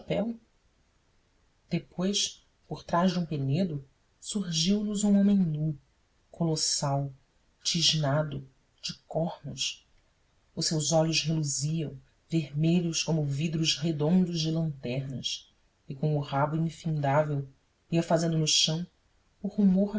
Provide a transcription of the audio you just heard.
chapéu depois por trás de um penedo surgiu nos um homem nu colossal tisnado de cornos os seus olhos reluziam vermelhos como vidros redondos de lanternas e com o rabo infindável ia fazendo no chão o rumor